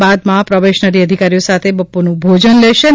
બાદમાં પ્રોબેશનરી અધિકારીઓ સાથે બપોરનું ભોજન લે શે